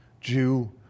Jew